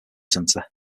center